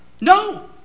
No